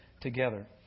together